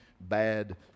bad